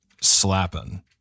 slapping